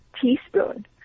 teaspoon